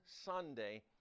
Sunday